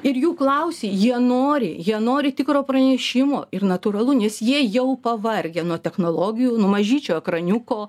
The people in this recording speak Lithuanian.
ir jų klausi jie nori jie nori tikro pranešimo ir natūralu nes jie jau pavargę nuo technologijų nuo mažyčio ekraniuko